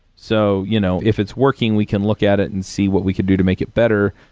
so, you know if it's working, we can look at it and see what we could do to make it better.